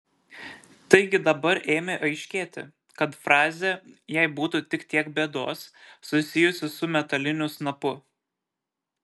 taigi dabar ėmė aiškėti kad frazė jei būtų tik tiek bėdos susijusi su metaliniu snapu